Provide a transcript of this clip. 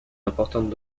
importantes